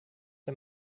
der